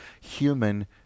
human